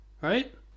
right